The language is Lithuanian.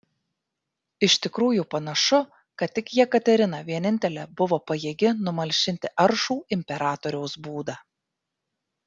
iš tikrųjų panašu kad tik jekaterina vienintelė buvo pajėgi numalšinti aršų imperatoriaus būdą